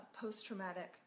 Post-traumatic